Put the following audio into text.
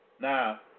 now